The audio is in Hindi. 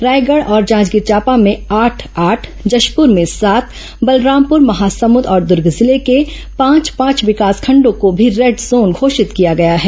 रायगढ और जांजगीर चांपा में आठ आठ जशपुर में सात बलरामपुर महासमुंद और द्र्ग जिले के पांच पांच विकासखंडो को भी रेड जोन घोषित किया गया है